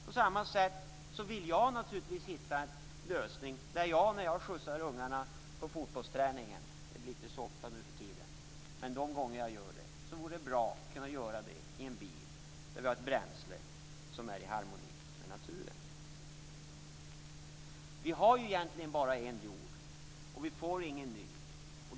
På samma sätt vill jag hitta en lösning där jag de gånger jag skjutsar ungarna till fotbollsträningen - det blir inte så ofta nu för tiden - skulle kunna göra det i en bil som drivs av ett bränsle i harmoni med naturen. Vi har bara en jord, och vi får ingen ny.